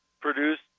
produced